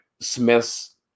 Smith's